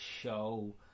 show